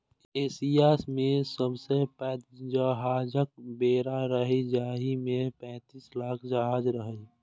Asia मे सबसं पैघ जहाजक बेड़ा रहै, जाहि मे पैंतीस लाख जहाज रहै